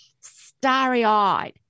starry-eyed